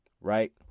right